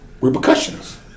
repercussions